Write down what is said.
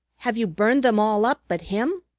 have you burned them all up but him?